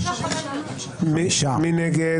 מי נמנע?